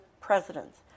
presidents